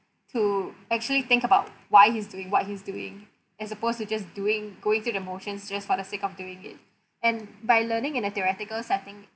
to actually think about why he's doing what he's doing as opposed to just doing going through the motions just for the sake of doing it and by learning in a theoretical setting